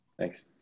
Thanks